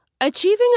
Achieving